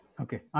Okay